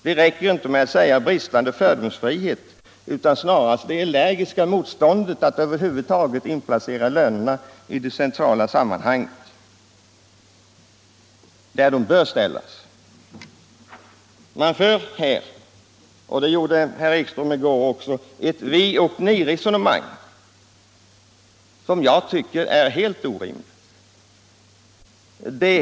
Det räcker förresten inte att säga fördomar — det är snarast fråga om ett allergiskt motstånd mot att placera in lönerna i det centrala sammanhang där de hör hemma. Socialdemokraterna för — och det gjorde herr Ekström i går också — ett vioch ni-resonemang som jag tycker är helt orimligt.